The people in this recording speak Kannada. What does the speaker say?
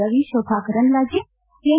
ರವಿ ಶೋಭಾ ಕರಂದ್ಲಾಜೆ ಎನ್